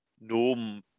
no